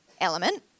element